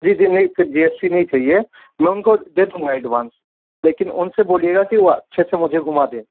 जी जी नहीं फिर जी एस टी नहीं चाहिए मैं उनको दे दूँगा एडवांस लेकिन उन से बोलिएगा वो अच्छे से मुझे घूमा दे